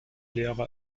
lehre